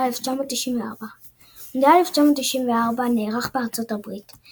1994 מונדיאל 1994 נערך בארצות הברית.